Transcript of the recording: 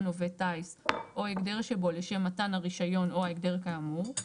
עובד טיס או הגדר שבו לשם מתן הרישיון או ההגדר כאמור,